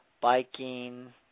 biking